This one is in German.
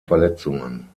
verletzungen